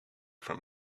from